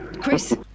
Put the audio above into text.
Chris